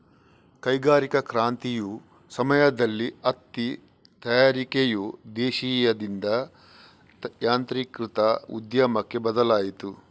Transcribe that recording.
ಕೈಗಾರಿಕಾ ಕ್ರಾಂತಿಯ ಸಮಯದಲ್ಲಿ ಹತ್ತಿ ತಯಾರಿಕೆಯು ದೇಶೀಯದಿಂದ ಯಾಂತ್ರೀಕೃತ ಉದ್ಯಮಕ್ಕೆ ಬದಲಾಯಿತು